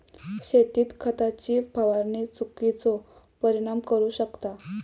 शेतीत खताची फवारणी चुकिचो परिणाम करू शकता